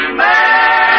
man